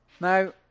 Now